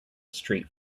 street